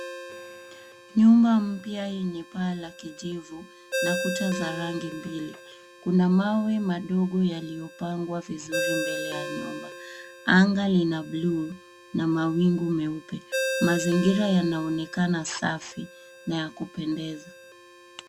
Nyumba mpya yenye paa la kijivu na kuta za rangi mbili. Kuna mawe madogo yaliyopangwa vizuri mbele ya nyumba. Anga lina bluu na mawingu meupe. Mazingira yanaonekana safi na ya kupendeza.